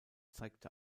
zeigte